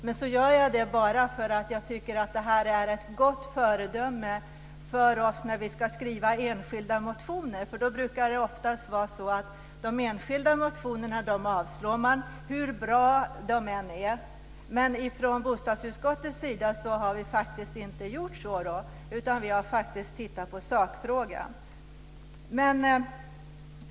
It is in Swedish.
Men jag gör det bara för att jag tycker att det här är ett gott föredöme för oss när vi ska skriva enskilda motioner. Då brukar det oftast vara så att man avslår de enskilda motionerna, hur bra de än är. Men i bostadsutskottet har vi faktiskt inte gjort så, utan vi har tittat på sakfrågan.